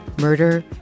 Murder